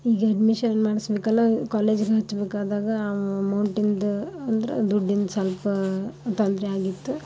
ಈಗ ಅಡ್ಮಿಶನ್ ಮಾಡಿಸಬೇಕಲ್ಲಾ ಕಾಲೇಜ್ಗೆ ಹಚ್ಚಬೇಕಾದಾಗ ಅಮೌಂಟಿಂದು ಅಂದ್ರೆ ದುಡ್ಡಿನ ಸ್ವಲ್ಪ ತೊಂದ್ರೆ ಆಗಿತ್ತು